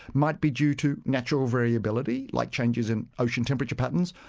might be due to natural variability like changes in ocean temperature patterns,